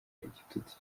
igitutsi